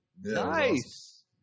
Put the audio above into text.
Nice